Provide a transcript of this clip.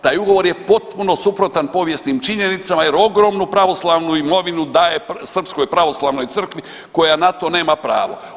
Taj ugovor je potpuno suprotan povijesnim činjenicama jer ogromnu pravoslavnu imovinu daje srpskoj pravoslavnoj crkvi koja na to nema pravo.